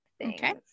Okay